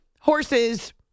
horses